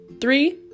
Three